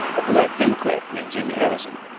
a black democrat named jaime harrison.